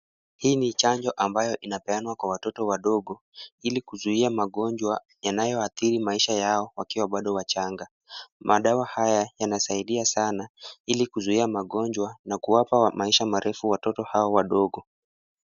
Hii ni chanjo ambayo inapeanwa kwa watoto wadogo ili kuzuia magonjwa yanayoadhiri maisha yao wakiwa bado wachanga. Madawa haya yanasaidia sana ili kuzuia magonjwa na kuwapa maisha marefu watoto hao wadogo.